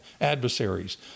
adversaries